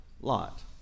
Lot